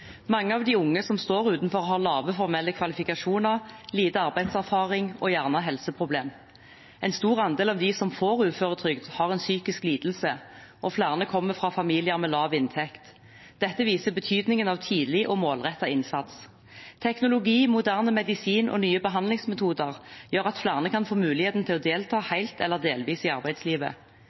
Mange av de unge som står utenfor, har lave formelle kvalifikasjoner, lite arbeidserfaring og gjerne helseproblemer. En stor andel av dem som får uføretrygd, har en psykisk lidelse, og flere kommer fra familier med lav inntekt. Dette viser betydningen av tidlig og målrettet innsats. Teknologi, moderne medisin og nye behandlingsmetoder gjør at flere kan få muligheten til å delta, helt eller delvis, i arbeidslivet.